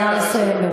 נא לסיים.